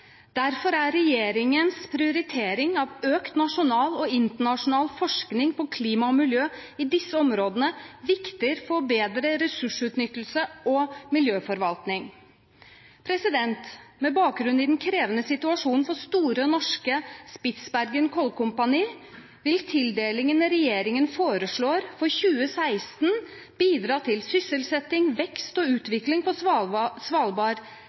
Derfor er regjeringens prioritering av økt nasjonal og internasjonal forskning på klima og miljø i disse områdene viktig for bedre ressursutnyttelse og miljøforvaltning. Med bakgrunn i den krevende situasjonen for Store Norske Spitsbergen Kulkompani vil tildelingen regjeringen foreslår for 2016, bidra til sysselsetting, vekst og utvikling på Svalbard